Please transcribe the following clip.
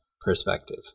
perspective